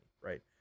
Right